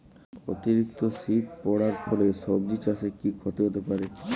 অতিরিক্ত শীত পরার ফলে সবজি চাষে কি ক্ষতি হতে পারে?